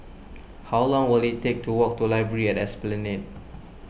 how long will it take to walk to Library at Esplanade